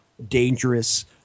dangerous